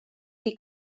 die